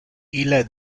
ille